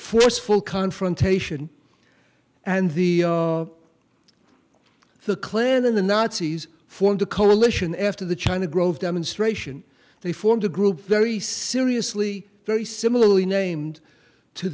forceful confrontation and the the klan and the nazis formed a coalition after the china grove demonstration they formed a group very seriously very similarly named to